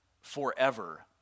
forever